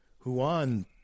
Huan